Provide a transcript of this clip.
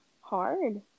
hard